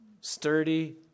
sturdy